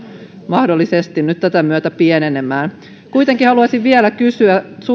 mahdollisesti nyt tätä myötä pienenemään kuitenkin haluaisin vielä kysyä